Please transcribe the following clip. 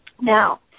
Now